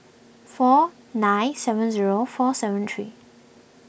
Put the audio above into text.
four nine seven zero four seven three